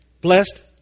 blessed